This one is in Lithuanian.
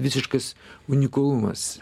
visiškas unikalumas